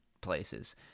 places